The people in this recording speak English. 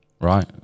right